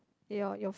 your your